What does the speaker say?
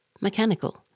mechanical